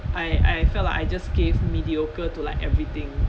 I I felt like I just gave mediocre to like everything